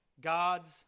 God's